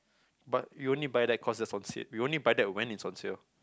but we only buy that cause it's on sale we only buy that when it's on sale